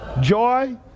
Joy